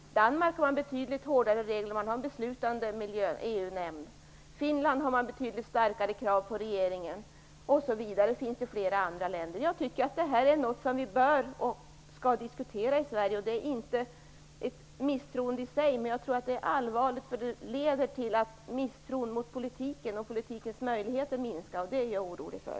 Danmark har betydligt hårdare regler, och man har där en beslutande EU-nämnd. I Finland har man betydligt starkare krav på regeringen osv. - det finns fler exempel. Jag tycker detta är något vi bör och skall diskutera i Sverige. Det är inte ett misstroende i sig, men jag tror att det är allvarligt eftersom det kan leda till att misstron mot politiken och politikens möjligheter ökar. Det är jag orolig för.